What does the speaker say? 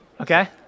Okay